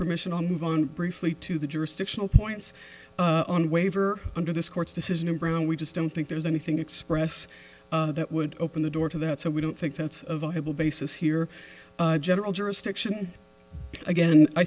permission on move on briefly to the jurisdictional points on waiver under this court's decision in brown we just don't think there's anything express that would open the door to that so we don't think that's a viable basis here general jurisdiction again i